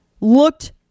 looked